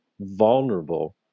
vulnerable